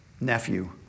nephew